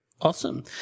awesome